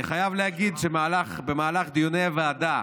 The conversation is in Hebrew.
אני חייב להגיד שבמהלך דיוני הוועדה